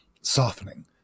softening